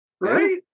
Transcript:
right